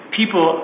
people